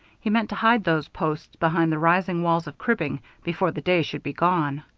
he meant to hide those posts behind the rising walls of cribbing before the day should be gone.